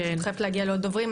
אני פשוט חייבת להגיע לעוד דוברים.